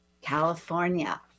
California